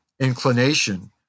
inclination